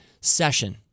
session